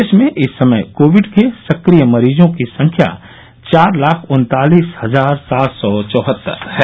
देश में इस समय कोविड के सक्रिय मरीजों की संख्या चार लाख उन्तालिस हजार सात सौ चौहत्तर है